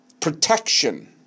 protection